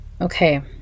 Okay